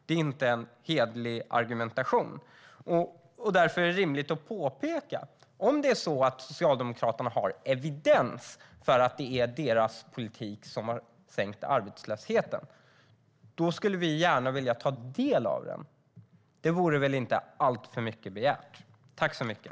Det är inte en hederlig argumentation, och därför är det rimligt att påpeka att om Socialdemokraterna har evidens för att det är deras politik som har sänkt arbetslösheten skulle vi gärna vilja ta del av den. Det vore väl inte alltför mycket begärt.